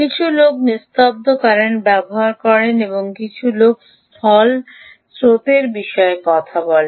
কিছু লোক নিস্তব্ধ কারেন্ট ব্যবহার করে এবং কিছু লোক স্থল স্রোতের বিষয়ে কথা বলে